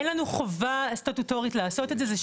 אין לנו חובה סטטוטורית, לעשות את זה.